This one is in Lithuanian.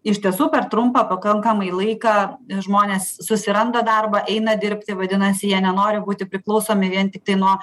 iš tiesų per trumpą pakankamai laiką žmonės susiranda darbą eina dirbti vadinasi jie nenori būti priklausomi vien tiktai nuo